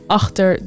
achter